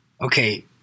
okay